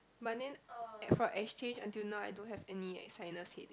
but then at from exchange until now I don't have any sinus headache